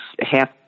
half